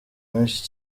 menshi